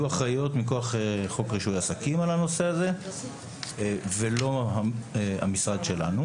אחראיות מכוח חוק רישוי עסקים על הנושא הזה ולא המשרד שלנו.